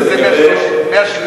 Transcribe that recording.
חוץ מזה,